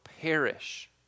perish